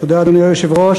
אדוני היושב-ראש,